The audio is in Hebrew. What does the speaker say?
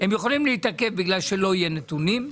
הם יכולים להתעכב בגלל שלא יהיה נתונים,